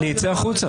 אני אצא החוצה.